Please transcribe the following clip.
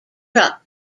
truck